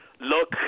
look